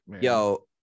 yo